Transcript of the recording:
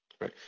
Right